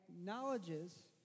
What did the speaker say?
acknowledges